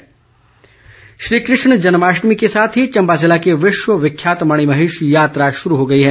मणिमहेश श्री कृष्ण जन्माष्टमी के साथ ही चंबा जिले की विश्व विख्यात मणिमहेश यात्रा शुरू हो गई है